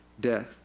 death